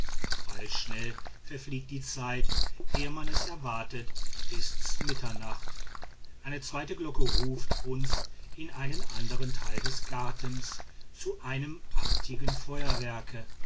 pfeilschnell verfliegt die zeit ehe man es erwartete ist's mitternacht eine zweite glocke ruft uns in einen anderen teil des gartens zu einem artigen feuerwerke